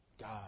God